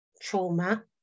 trauma